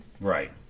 Right